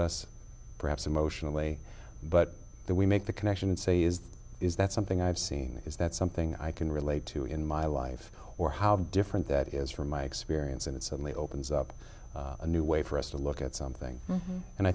us perhaps emotionally but we make the connection and say is this is that something i've seen is that something i can relate to in my life or how different that is from my experience and it certainly opens up a new way for us to look at something and i